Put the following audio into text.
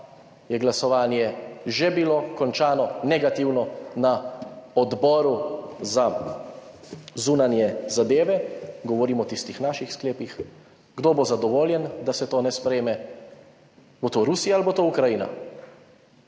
je glasovanje že bilo končano negativno na Odboru za zunanje zadeve - govorim o tistih naših sklepih -, kdo bo zadovoljen, da se to ne sprejme. Bo to Rusija ali bo to Ukrajina?